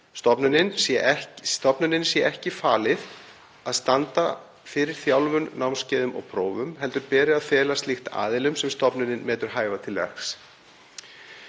Stofnuninni sé ekki falið að standa fyrir þjálfun, námskeiðum og prófum heldur beri að fela slíkt aðilum sem stofnunin metur hæfa til verks.